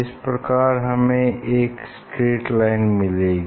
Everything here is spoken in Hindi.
इस प्रकार हमें एक स्ट्रैट लाइन मिलेगी